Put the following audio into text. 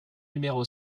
numéro